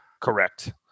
correct